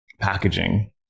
packaging